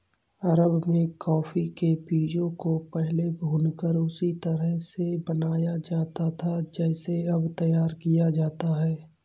अरब में कॉफी के बीजों को पहले भूनकर उसी तरह से बनाया जाता था जैसे अब तैयार किया जाता है